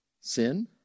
Sin